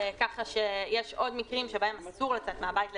ככה שיש עוד מקרים שבהם אסור לצאת מהבית לטיסה.